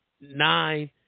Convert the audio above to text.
nine